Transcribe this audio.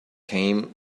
came